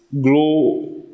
grow